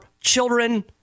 children